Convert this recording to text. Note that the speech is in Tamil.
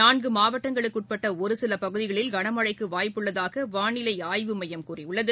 நான்கு மாவட்டங்களுக்குட்பட்ட ஒருசில பகுதிகளில் கனமழைக்கு வாய்ப்பு உள்ளதாக வானிலை ஆய்வுமையம் கூறியுள்ளது